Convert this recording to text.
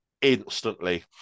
instantly